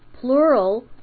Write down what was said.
plural